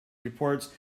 reports